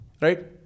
right